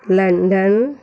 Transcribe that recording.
London